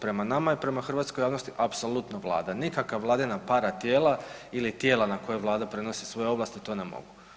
Prema nama i prema hrvatskoj javnosti apsolutno vlada, nikakva vladina para tijela ili tijela na koje vlada prenosi svoje ovlasti, to ne mogu.